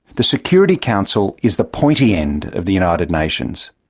the security council is the pointy end of the united nations.